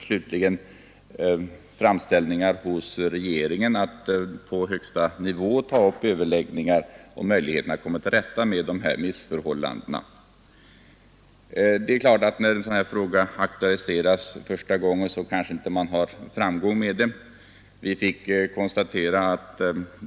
Slutligen har också framställningar gjorts hos regeringen om att man på högsta nivå skulle ta upp överläggningar för att komma till rätta med missförhållandena. När en sådan här fråga aktualiseras första gången kanske man inte har någon framgång.